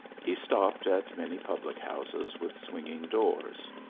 he stopped at many public houses with swinging doors,